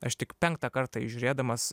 aš tik penktą kartą jį žiūrėdamas